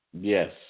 Yes